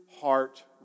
heart